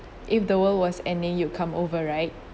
if the world was and then you come over right